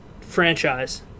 franchise